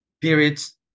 periods